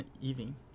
evening